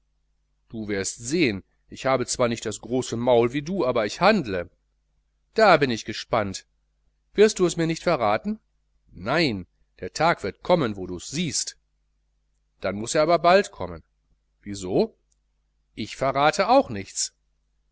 du sehen ich habe zwar nicht das große maul wie du aber ich handle da bin ich gespannt wirst du es mir nicht verraten nein der tag wird kommen wo dus siehst dann muß er bald kommen wieso ich verrate auch nichts